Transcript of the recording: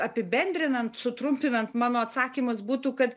apibendrinant sutrumpinant mano atsakymas būtų kad